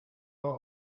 are